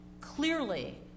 Clearly